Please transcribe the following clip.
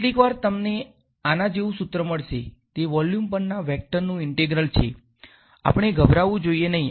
કેટલીકવાર તમે આના જેવુ સુત્ર મળશેતે વોલ્યુમ પરના વેક્ટરનુ ઇન્ટેગ્રલ છે આપણે ગભરાવાની જોઈએ નહીં